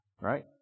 right